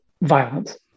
violence